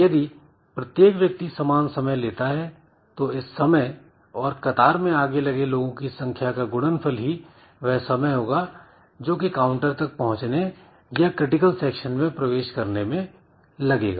यदि प्रत्येक व्यक्ति समान समय लेता है तो इस समय और कतार में आगे लगे लोगों की संख्या का गुणनफल ही वह समय होगा जो कि काउंटर तक पहुंचने या क्रिटिकल सेक्शन में प्रवेश करने में लगेगा